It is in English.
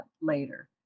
later